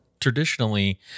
traditionally